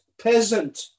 peasant